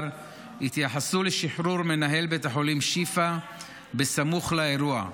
התייחסו לשחרור מנהל בית החולים שיפא בסמוך לאירוע,